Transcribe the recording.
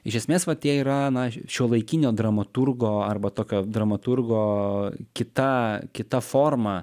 iš esmės va tie yra na šiuolaikinio dramaturgo arba tokio dramaturgo kita kita forma